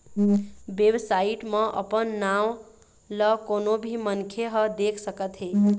website म अपन नांव ल कोनो भी मनखे ह देख सकत हे